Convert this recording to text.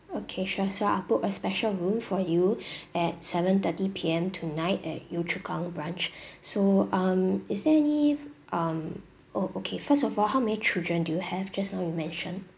okay sure so I'll book a special room for you at seven thirty P_M tonight at yio chu kang branch so um is there any um oh okay first of all how many children do you have just now you mentioned